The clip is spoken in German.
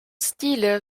stile